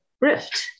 Rift